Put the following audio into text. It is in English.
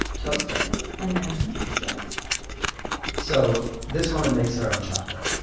toast it and then peel it so this woman makes her own chocolate,